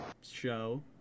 show